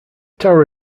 tower